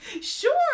Sure